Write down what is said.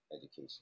education